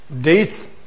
dates